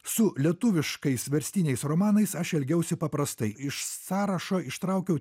su lietuviškais verstiniais romanais aš elgiausi paprastai iš sąrašo ištraukiau